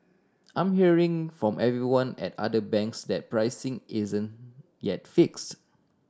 I'm hearing from everyone at other banks that pricing isn't yet fix